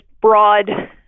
broad